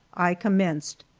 i commenced.